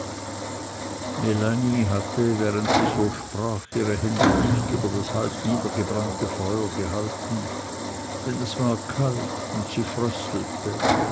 hatte während sie so sprach ihre hände dicht über das halb niedergebrannte feuer gehalten denn es war kalt und sie